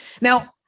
Now